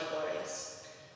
glorious